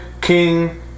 King